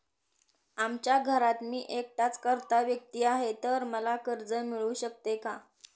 आमच्या घरात मी एकटाच कर्ता व्यक्ती आहे, तर मला कर्ज मिळू शकते का?